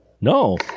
No